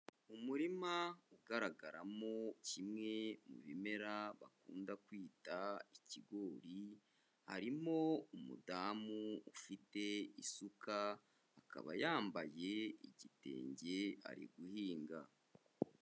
Umurima ugaragaramo kimwe mu bimera bakunda kwita ikigori, harimo umudamu ufite isuka akaba yambaye igitenge ari guhinga.